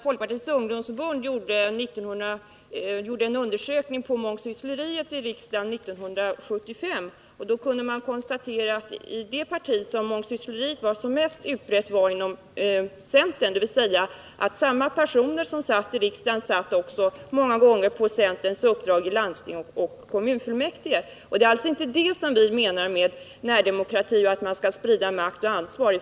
Folkpartiets ungdomsförbund gjorde en undersökning om mångsyssleriet i riksdagen år 1975. Det kunde då konstateras att det parti där mångsyssleriet var mest utbrett var centern — dvs. samma personer som satt i riksdagen satt också många gånger på centerns uppdrag i landsting och kommunfullmäktige. Det är inte det vi i folkpartiet menar med närdemokrati och att sprida makt och ansvar.